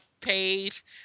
page